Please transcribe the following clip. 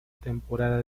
temporada